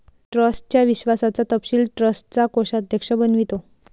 ट्रस्टच्या विश्वासाचा तपशील ट्रस्टचा कोषाध्यक्ष बनवितो